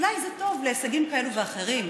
אולי זה טוב להישגים כאלה ואחרים,